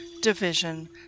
division